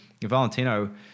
Valentino